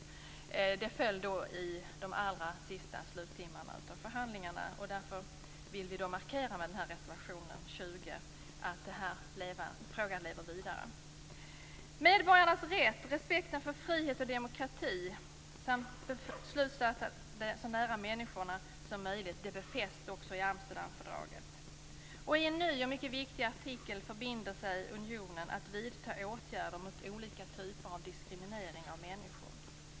Frågan föll under de allra sista timmarna av förhandlingarna, men vi vill med reservation 20 markera att frågan lever vidare. Medborgarnas rätt, respekten för frihet och demokrati samt beslutsfattande så nära människorna som möjligt befästs i Amsterdamfördraget. I en ny och mycket viktig artikel förbinder sig unionen att vidta åtgärder mot olika typer av diskriminering av människor.